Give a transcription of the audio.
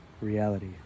reality